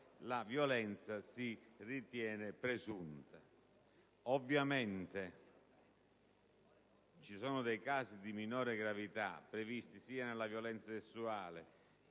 la violenza si ritiene presunta. Ovviamente ci sono dei casi di minore gravità, sia negli atti di violenza sessuale,